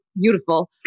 beautiful